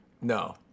No